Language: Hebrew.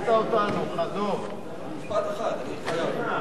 התשע"א 2011, נתקבל.